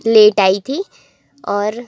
late आई थी और